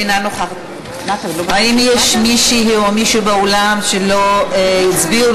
אינה נוכחת האם יש מישהי או מישהו באולם שלא הצביעו,